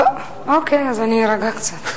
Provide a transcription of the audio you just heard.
אוקיי, אז אני אירגע קצת.